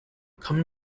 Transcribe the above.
come